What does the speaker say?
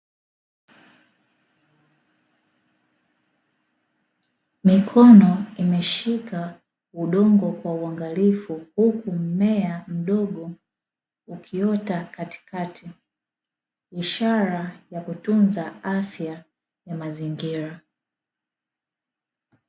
Mikono imeshika udongo kwa uangalifu huku mmea mdogo ukiota katikati, ishara ya kutunza afya ya mazingira.